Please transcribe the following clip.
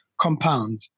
compound